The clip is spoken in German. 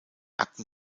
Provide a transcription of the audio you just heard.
akten